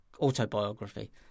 autobiography